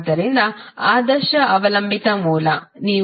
ಆದ್ದರಿಂದ ಆದರ್ಶ ಅವಲಂಬಿತ ಮೂಲideal voltage source